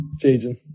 Changing